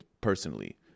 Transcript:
personally